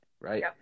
Right